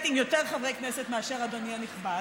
עם יותר חברי כנסת מאשר אדוני הנכבד,